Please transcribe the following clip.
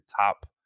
top